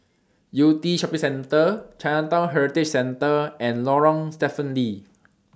Yew Tee Shopping Centre Chinatown Heritage Centre and Lorong Stephen Lee